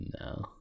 no